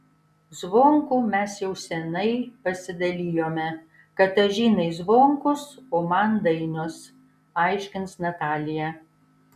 zvonkų mes jau seniai pasidalijome katažinai zvonkus o man dainos aiškins natalija